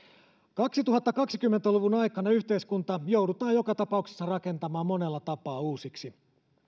kaksituhattakaksikymmentä luvun aikana yhteiskunta joudutaan joka tapauksessa rakentamaan monella tapaa uusiksi